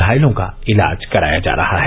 घायलों का इलाज कराया जा रहा है